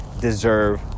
deserve